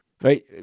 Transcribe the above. right